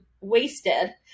wasted